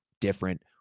different